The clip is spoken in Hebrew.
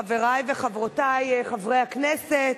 חברי וחברותי חברי הכנסת,